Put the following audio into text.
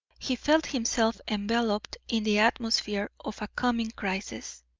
he felt himself enveloped in the atmosphere of a coming crisis.